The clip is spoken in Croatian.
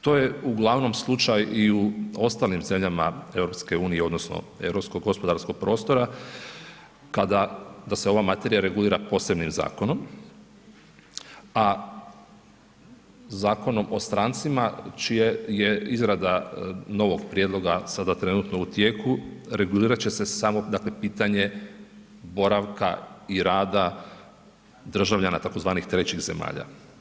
To je uglavnom slučaj i u ostalim zemljama EU-a odnosno europskog gospodarskog prostora kada da se ova materija regulira posebnim zakonom a Zakonom o strancima čija je izrada novog prijedloga sada trenutno u tijeku, regulirat će se samo dakle pitanje boravka i rada državljana tzv. trećih zemalja.